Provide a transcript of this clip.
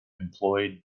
employed